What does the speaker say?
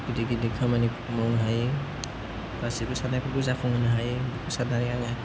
गिदिर गिदिर खामानिफोर मावनो हायो गासैबो साननायफोरखौ जाफुंहोनो हायो साननानै आङो